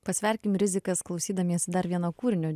pasverkim rizikas klausydamiesi dar vieno kūrinio